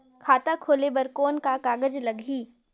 खाता खोले बर कौन का कागज लगही?